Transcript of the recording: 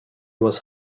was